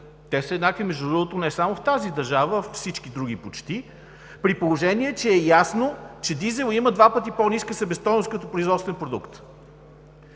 Те са еднакви, между другото, не само в тази държава, а във всички други почти, при положение че е ясно, че дизелът има два пъти по-ниска себестойност като производствен продукт.